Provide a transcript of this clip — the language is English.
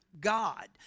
God